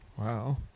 Wow